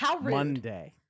Monday